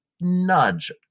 nudge